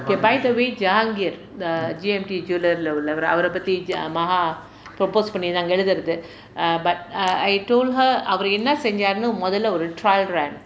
okay by the way jalgiyar the G_M_T jeweler உள்ளவர் அவரை பற்றி:ullavar avarai patri maha propose பண்ணிருந்தாங்க எழுதறதுக்கு:pannirthaanga elutharuthukku err but err I told her அவரு என்ன செய்ஞ்சாருன்னு முதல ஒரு:avaru enna senjaarunnu muthala oru trial run